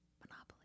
Monopoly